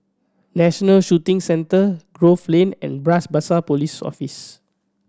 National Shooting Centre Grove Lane and Bras Basah Post Office